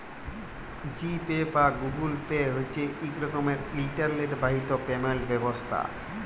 জি Pay বা Google Pay হছে ইক রকমের ইলটারলেট বাহিত পেমেল্ট ব্যবস্থা